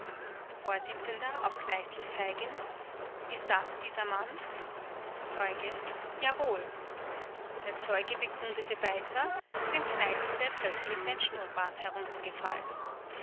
zeigend ist das dieser mann zeuge jawohl der zeuge bekundete weiter dem kneißl sei plötzlich sein schnurrbart heruntergefallen